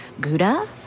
gouda